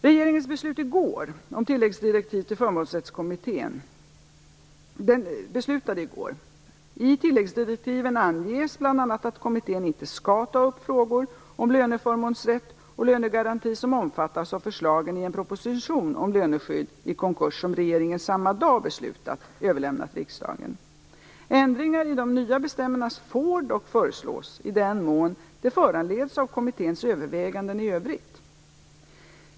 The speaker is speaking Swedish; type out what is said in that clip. Regeringen beslutade i går om tilläggsdirektiv till Förmånsrättskommittén. I tilläggsdirektiven anges bl.a. att kommittén inte skall ta upp frågor om löneförmånsrätt och lönegaranti som omfattas av förslagen i en proposition om löneskyddet i konkurs som regeringen samma dag beslutat överlämna till riksdagen. Ändringar i de nya bestämmelserna får dock föreslås i den mån det föranleds av kommitténs överväganden i övrigt.